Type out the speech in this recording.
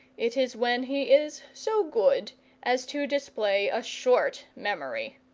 it is when he is so good as to display a short memory.